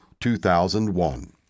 2001